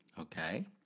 Okay